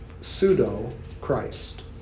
pseudo-Christ